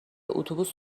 اتوبوس